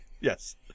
Yes